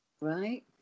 Right